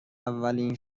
اولین